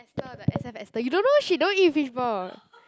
Esther the S F Esther you don't know she don't eat fishball